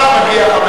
ועכשיו נגיע,